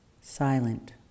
silent